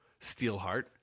Steelheart